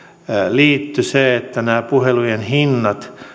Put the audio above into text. liittyi se että nämä puhelujen hinnat